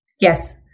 Yes